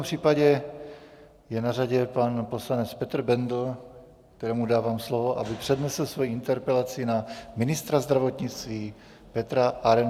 V tom případě je na řadě pan poslanec Petr Bendl, kterému dávám slovo, aby přednesl svoji interpelaci na ministra zdravotnictví Petra Arenbergera.